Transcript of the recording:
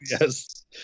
Yes